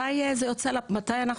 מתי זה יוצא לפועל?